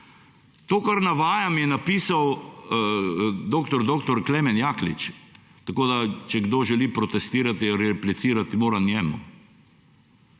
To, kar navajam, je napisal dr. Klemen Jaklič, tako da če kdo želi protestirati ali replicirati, mora njemu.